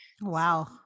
Wow